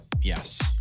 Yes